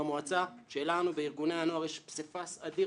במועצה שלנו בארגוני הנוער יש פסיפס אדיר